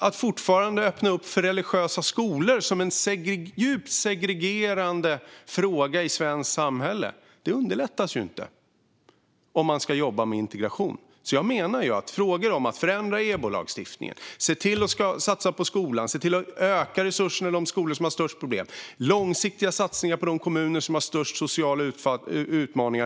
Att fortfarande öppna för religiösa skolor, som är en djupt segregerande fråga i svenskt samhälle, underlättar ju inte arbetet med integration. Jag menar att det handlar om sådant som att förändra EBO-lagstiftningen, satsa på skolan, öka resurserna i de skolor som har störst problem och göra långsiktiga satsningar på de kommuner som har störst sociala utmaningar.